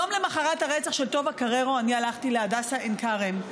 יום למוחרת הרצח של טובה קררו אני הלכתי להדסה עין כרם.